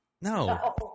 No